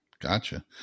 Gotcha